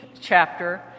chapter